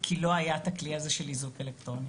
כי לא היה את הכלי הזה של איזוק אלקטרוני.